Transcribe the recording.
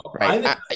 right